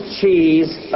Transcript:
cheese